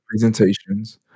presentations